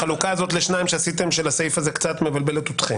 החלוקה של הסעיף הזה לשניים שעשיתם היא קצת מבלבלת אתכם.